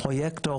פרויקטור,